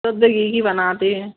सब तो यही बनाते हैं